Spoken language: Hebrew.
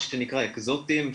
מה שנקרא אקזוטיים,